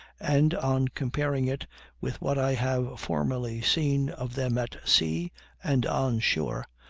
and on comparing it with what i have formerly seen of them at sea and on shore,